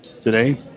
Today